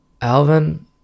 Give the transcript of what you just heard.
Alvin